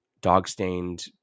dog-stained